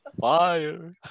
fire